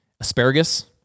Asparagus